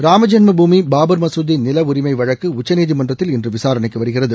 ராமஜென்ம பூமி பாபர் மசூதி நிலஉரிமை வழக்கு உச்சநீதிமன்றத்தில் இன்று விசாரணைக்கு வருகிறது